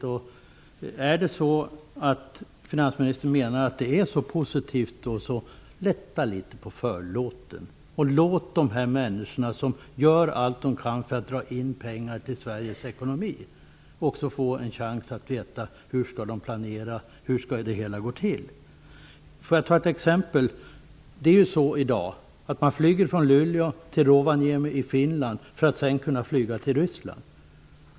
Om finansministern menar att det är så positivt, lätta litet på förlåten och låt de människor som gör allt vad de kan för att dra in pengar till Sveriges ekonomi få en chans att veta hur de skall planera! Låt mig ge ett exempel. Man flyger i dag från Luleå till Rovaniemi i Finland för att sedan kunna flyga vidare till Ryssland.